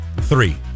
Three